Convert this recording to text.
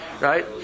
right